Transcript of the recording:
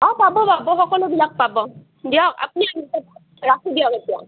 অঁ পাব পাব সকলোবিলাক পাব দিয়ক আপুনি আহি যাব ৰাখোঁ দিয়ক এতিয়া